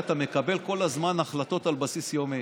אתה מקבל כל הזמן החלטות על בסיס יומי